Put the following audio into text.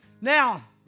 Now